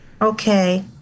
okay